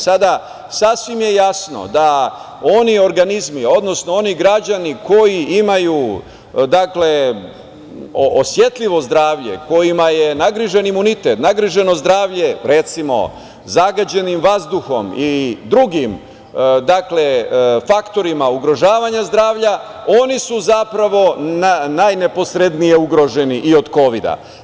Sada sasvim je jasno da oni organizmi, odnosno oni građani koji imaju osetljivo zdravlje, kojima je nagrižen imunitet, nagriženo zdravlje, recimo zagađenim vazduhom i drugim faktorima ugrožavanja zdravlja, oni su zapravo najneposrednije ugroženi i od kovida.